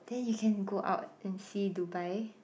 then you can go out and see Dubai